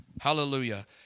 Hallelujah